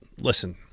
listen